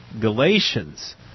Galatians